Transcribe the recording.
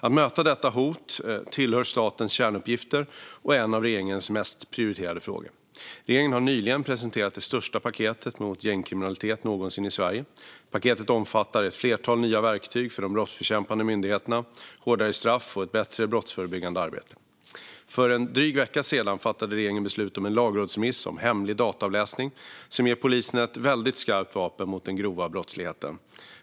Att möta detta hot tillhör statens kärnuppgifter och är en av regeringens mest prioriterade frågor. Regeringen har nyligen presenterat det största paketet mot gängkriminalitet någonsin i Sverige. Paketet omfattar ett flertal nya verktyg för de brottsbekämpande myndigheterna, hårdare straff och ett bättre brottsförebyggande arbete. För en dryg vecka sedan fattade regeringen beslut om en lagrådsremiss om hemlig dataavläsning som ger polisen ett mycket skarpt vapen mot den grova brottsligheten.